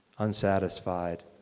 unsatisfied